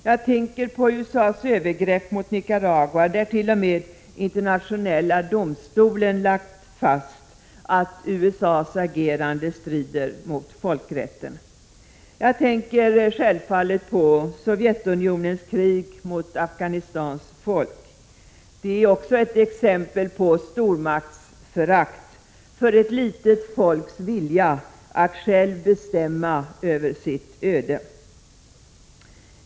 Jag tänker på USA:s övergrepp mot Nicaragua, där t.o.m. Internationella domstolen har lagt fast att USA:s agerande strider mot folkrätten. Jag tänker självfallet på Sovjetunionens krig mot Afghanistans folk. Det är också ett exempel på stormaktens förakt för ett litet folks vilja att självt bestämma över sitt öde.